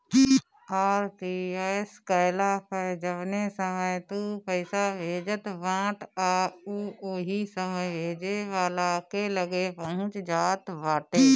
RTGS कईला पअ जवने समय तू पईसा भेजत बाटअ उ ओही समय भेजे वाला के लगे पहुंच जात बाटे